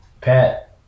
pat